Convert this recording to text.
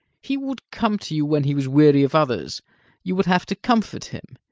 he would come to you when he was weary of others you would have to comfort him.